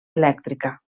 elèctrica